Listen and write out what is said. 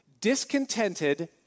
discontented